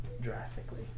drastically